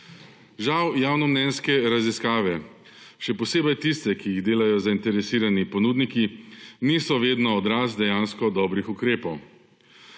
Žal, javnomnenjske raziskave, še posebej tiste, ki jih delajo zainteresirani ponudniki, niso vedno odraz dejansko dobrih ukrepov.